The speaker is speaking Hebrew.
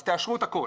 אז תאשרו את הכל.